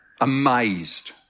amazed